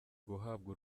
guhabwa